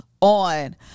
on